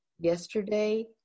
yesterday